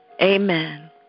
Amen